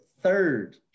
Third